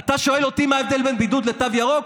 אתה שואל אותי מה ההבדל בין בידוד לתו ירוק?